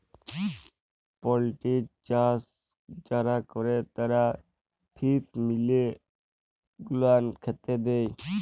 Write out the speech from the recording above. poultry চাষ যারা ক্যরে তারা ফিস মিল গুলান খ্যাতে দেই